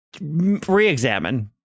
Re-examine